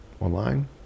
online